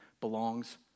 belongs